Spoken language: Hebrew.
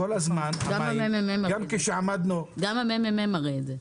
גם הממ"מ מראה את זה.